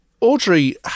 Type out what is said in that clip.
Audrey